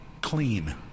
clean